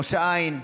ראש העין,